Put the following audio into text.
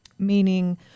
Meaning